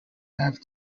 have